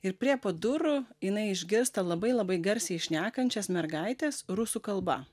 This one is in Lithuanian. ir prie pat durų jinai išgirsta labai labai garsiai šnekančias mergaites rusų kalba